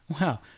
wow